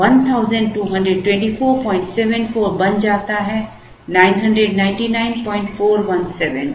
तो 122474 बन जाता है 999417